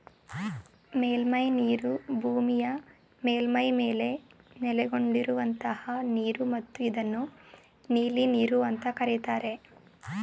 ಮೇಲ್ಮೈನೀರು ಭೂಮಿಯ ಮೇಲ್ಮೈ ಮೇಲೆ ನೆಲೆಗೊಂಡಿರುವಂತಹ ನೀರು ಮತ್ತು ಇದನ್ನು ನೀಲಿನೀರು ಅಂತ ಕರೀತಾರೆ